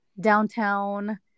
downtown